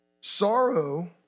Sorrow